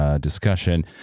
discussion